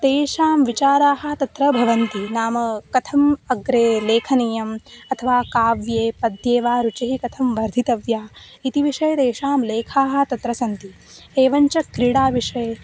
तेषां विचाराः तत्र भवन्ति नाम कथम् अग्रे लेखनीयम् अथवा काव्ये पद्ये वा रुचिः कथं वर्धितव्या इति विषये तेषां लेखाः तत्र सन्ति एवं च क्रीडाविषये